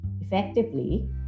effectively